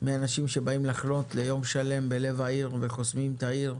מאנשים שבאים לחנות ליום שלם בלב העיר וחוסמים את העיר,